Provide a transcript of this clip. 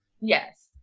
Yes